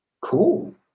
cool